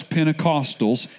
Pentecostals